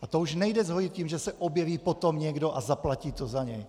A to už nejde zhojit tím, že se objeví potom někdo a zaplatí to za něj.